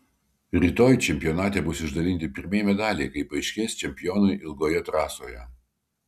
rytoj čempionate bus išdalinti pirmieji medaliai kai paaiškės čempionai ilgoje trasoje